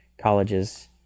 Colleges